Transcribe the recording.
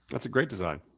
that's a great design.